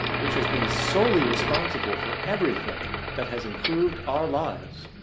which has been solely responsible for everything that has improved our lives,